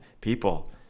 People